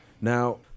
now